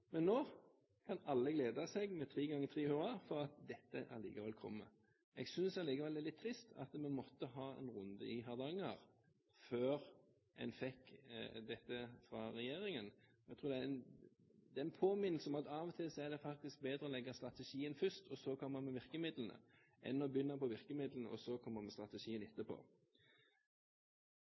men nå kan alle glede seg, med tre ganger tre hurra, for at dette likevel kommer. Jeg synes likevel det er litt trist at vi måtte ha en runde i Hardanger før vi fikk dette fra regjeringen. Det er en påminnelse om at av og til er det faktisk bedre å legge strategien først og så komme med virkemidlene, enn å begynne på virkemidlene og så komme med strategien etterpå.